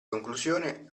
conclusione